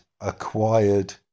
acquired